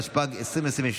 התשפ"ג 2023,